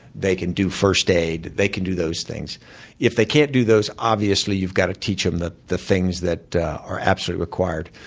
they can do first aid, they can do those things if they can't do those, obviously, you've got to teach them the the things that are absolutely required.